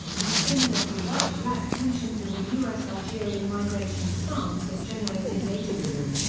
more similar to white-black tensions in the us algerian migration to france has generated nativism,